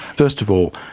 first of all,